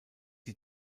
die